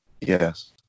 Yes